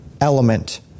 element